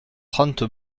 trente